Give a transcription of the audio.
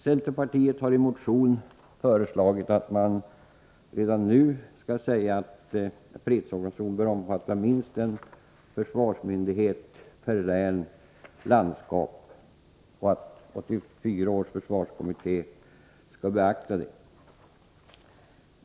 Centerpartiet har i en motion föreslagit att man redan nu skall säga att fredsorganisationen bör omfatta minst en försvarsmyndighet per län/landskap och att 1984 års försvarskommitté skall beakta detta.